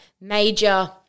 major